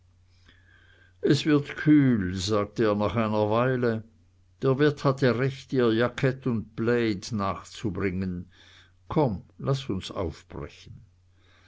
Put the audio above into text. es wird kühl sagte er nach einer weile der wirt hatte recht dir jackett und plaid nachzubringen komm laß uns aufbrechen